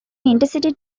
intercity